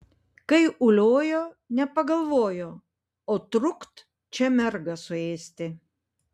kai uliojo nepagalvojo o trukt čia mergą suėsti